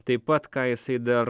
taip pat ką jisai dar